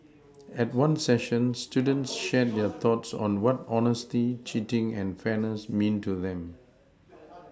at one session students shared their thoughts on what honesty cheating and fairness mean to them